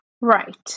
Right